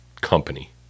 company